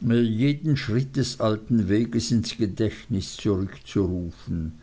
mir jeden schritt des alten wegs ins gedächtnis zurückzurufen